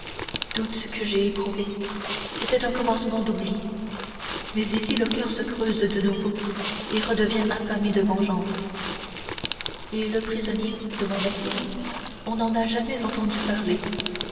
doute que j'ai éprouvé c'était un commencement d'oubli mais ici le coeur se creuse de nouveau et redevient affamé de vengeance et le prisonnier demanda-t-il on n'en a jamais entendu parler